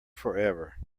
forever